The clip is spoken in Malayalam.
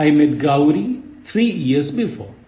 20 I met Gauri three years before